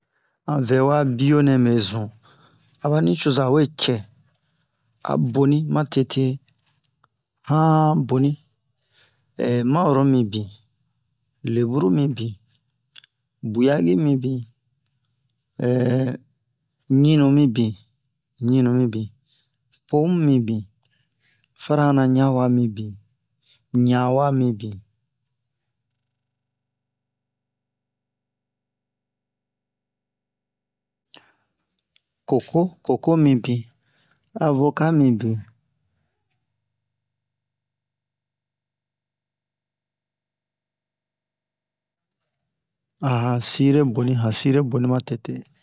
Han vɛwa biyo nɛ mɛ zun aba nucoza we cɛ a boni matete han boni manworo mibin leburu mibin buyagi mibin ɲinu mibin ɲinu mibin pomu mibin farahanna ɲawa mibin ɲawa mibin koko koko mibin avoka mibin a han sire boni han sire boni matete